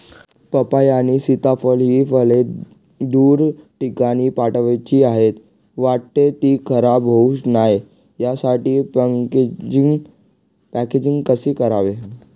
पपई आणि सीताफळ हि फळे दूर ठिकाणी पाठवायची आहेत, वाटेत ति खराब होऊ नये यासाठी पॅकेजिंग कसे करावे?